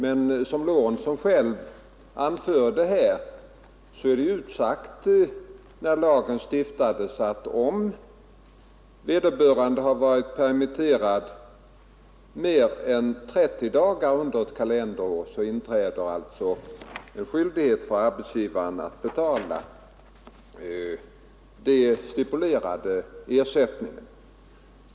Men det har, som herr Lorentzon själv anförde, vid lagens stiftande utsagts att om vederbörande har varit permitterad mer än 30 dagar under ett kalenderår inträder en skyldighet för arbetsgivaren att betala den stipulerade ersättningen.